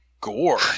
gore